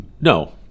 no